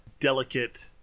delicate